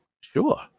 sure